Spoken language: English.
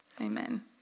Amen